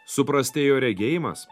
suprastėjo regėjimas